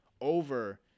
over